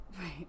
Right